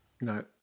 No